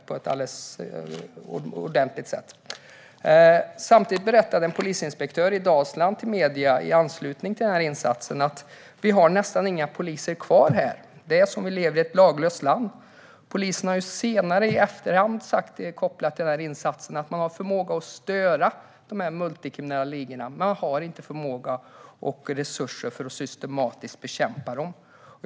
I anslutning till denna insats sa en polisinspektör i Dalsland till medierna: Vi har nästan inga poliser kvar här. Det är som om vi lever i ett laglöst land. Polisen har i efterhand sagt, kopplat till denna insats, att man har en förmåga att störa de multikriminella ligorna. Men man har inte förmåga och resurser för att systematiskt bekämpa dem.